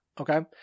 Okay